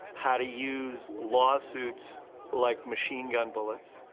how to use lawsuits like machine gun bullets,